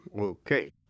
Okay